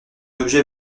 objet